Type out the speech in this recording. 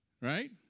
Right